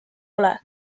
ole